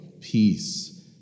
peace